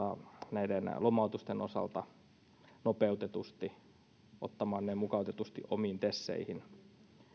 näiden lomautusten osalta nopeutetusti ottamaan ne mukautetusti omiin teseihin